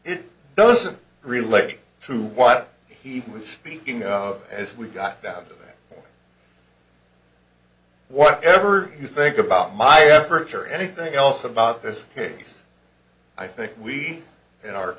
it doesn't relate to what he was speaking out as we got down to that what ever you think about my efforts or anything else about this case i think we